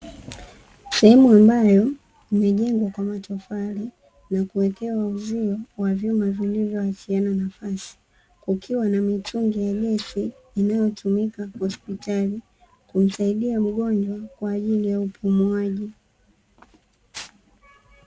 Seemu ambayo imejengwa kwa matofali na kuwekewa uzio wa vyuma vilivyoachiana nafasi, kukiwa na mitungi ya gesi inayotumika hospitali kusaidia mgonjwa kwaajili ya upumuaji.